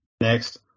Next